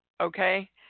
okay